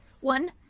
One